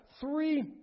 three